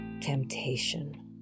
temptation